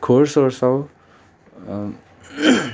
खोर सोर्छौँ